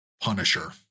punisher